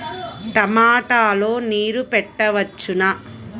టమాట లో నీరు పెట్టవచ్చునా?